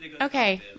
Okay